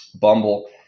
Bumble